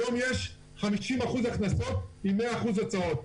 היום יש 50% הכנסות עם 100% הוצאות.